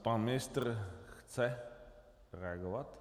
Pan ministr chce reagovat?